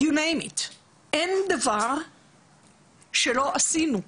אין דבר שלא עשינו.